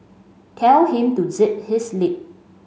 tell him to zip his lip